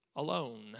Alone